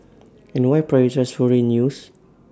and why prioritise foreign news